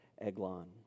Eglon